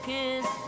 Kiss